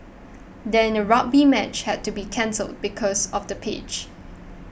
then a rugby match had to be cancelled because of the pitch